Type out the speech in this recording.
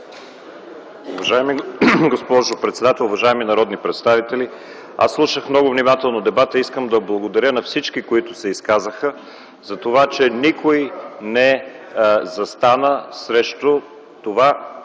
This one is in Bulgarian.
Уважаема госпожо председател, уважаеми народни представители! Аз слушах много внимателно дебата и искам да благодаря на всички, които се изказаха, затова че никой не застана срещу това